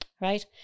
right